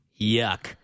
yuck